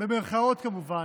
במירכאות, כמובן,